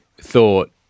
thought